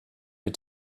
mit